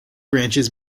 branches